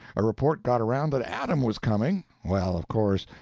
a report got around that adam was coming well, of course,